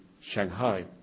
Shanghai